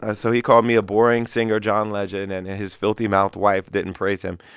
ah so he called me a boring singer. john legend and his filthy-mouthed wife didn't praise him.